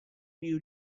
new